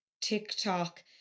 TikTok